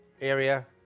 area